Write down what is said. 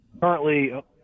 currently